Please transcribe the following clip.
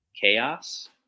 chaos